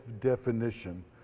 definition